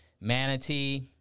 Manatee